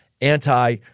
anti